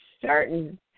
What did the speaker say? certain